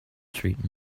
treat